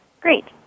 Great